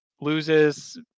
loses